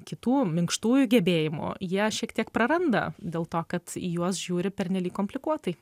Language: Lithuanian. kitų minkštųjų gebėjimų jie šiek tiek praranda dėl to kad juos žiūri pernelyg komplikuotai